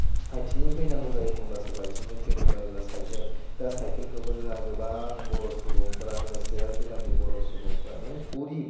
आथिंजों फैनांगौ जायो एखमबा सोरबा आइथिंजों फैनो बायोबा साइखेल दा साइखेलखौबो जोंहा गोबां बर' सुबुंफ्रानो चिरां जिल्लानि बर' सुबुंफ्रानो गरिब